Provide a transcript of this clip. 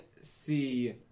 see